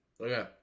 okay